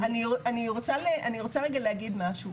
אני רוצה רגע להגיד משהו,